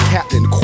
Captain